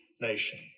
nation